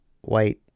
White